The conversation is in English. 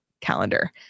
calendar